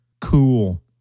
cool